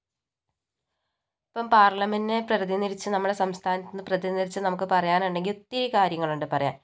ഇപ്പം പാർലമെന്റിനെ പ്രതിനിധീകരിച്ച് നമ്മുടെ സംസഥാനത്ത് പ്രതിനിധീകരിച്ച് നമുക്ക് പറയാനുണ്ടങ്കിൽ ഒത്തിരി കാര്യങ്ങളുണ്ട് പറയാൻ